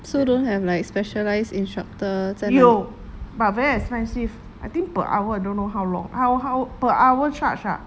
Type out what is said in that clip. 有 but very expensive I think per hour I don't know how long how how per hour charge ah